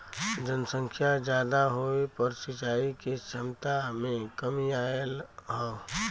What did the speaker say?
जनसंख्या जादा होये पर सिंचाई के छमता में कमी आयल हौ